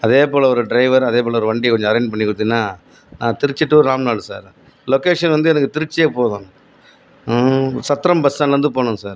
அதே போல் ஒரு டிரைவர் அதே போல் ஒரு வண்டி கொஞ்சம் அரேன்ஜ் பண்ணி கொடுத்தீங்னா Trichy to Ramnad sir location வந்து எனக்கு திருச்சியே போதும் சத்திரம் பஸ் ஸ்டாண்ட்லேர்ந்து போகணும் சார்